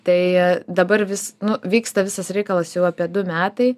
tai dabar vis nu vyksta visas reikalas jau apie du metai